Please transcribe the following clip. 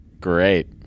Great